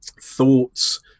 thoughts